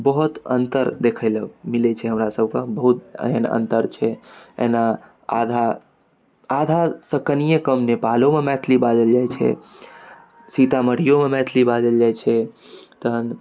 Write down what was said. बहुत अंतर देखै लऽ मिलैत छै हमरा सबके बहुत एहन अंतर छै एना आधा आधासँ कनिए कम नेपालोमे मैथिली बाजल जाइत छै सीतामढ़िओमे मैथिली बाजल जाइत छै तहन